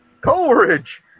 Coleridge